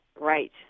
Right